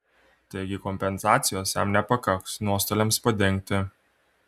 taigi kompensacijos jam nepakaks nuostoliams padengti